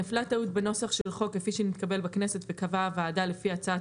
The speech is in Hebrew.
נפלה טעות בנוסח של חוק כפי שנתקבל בכנסת וקבעה הוועדה לפי הצעת